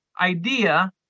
idea